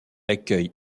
accueille